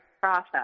process